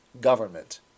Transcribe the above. government